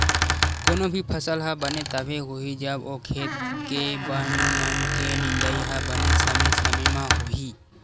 कोनो भी फसल ह बने तभे होही जब ओ खेत के बन मन के निंदई ह बने समे समे होही